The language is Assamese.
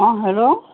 অঁ হেল্ল'